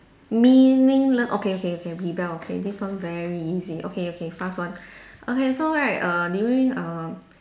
meaningless okay okay okay rebel okay this one very easy okay okay fast one okay so right err during err